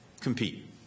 compete